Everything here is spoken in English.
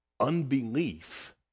unbelief